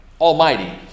Almighty